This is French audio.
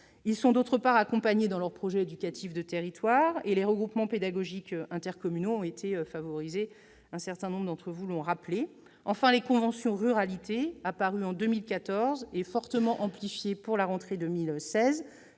Ils sont par ailleurs accompagnés dans leurs projets éducatifs de territoire, et les regroupements pédagogiques intercommunaux ont été favorisés, comme certains d'entre vous l'ont rappelé. Enfin les « conventions ruralité », apparues en 2014 et fortement amplifiées pour la rentrée 2016,